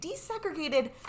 desegregated